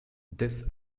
this